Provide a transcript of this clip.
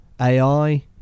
AI